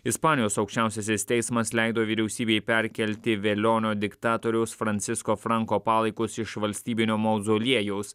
ispanijos aukščiausiasis teismas leido vyriausybei perkelti velionio diktatoriaus fransisko franko palaikus iš valstybinio mauzoliejaus